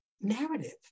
narrative